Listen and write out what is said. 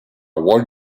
walt